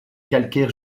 calcaire